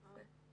בזה.